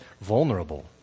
vulnerable